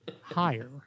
higher